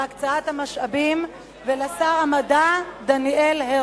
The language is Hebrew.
על הקצאת המשאבים, ולשר המדע דניאל הרשקוביץ,